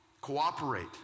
Cooperate